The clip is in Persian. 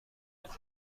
حقوق